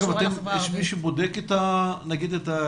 יש מי שבודק את היעילות,